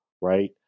right